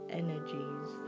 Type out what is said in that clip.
energies